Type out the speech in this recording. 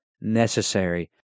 necessary